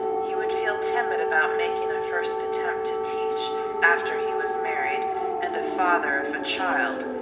he would feel timid about making a first attempt to teach after he was married and a father of a child,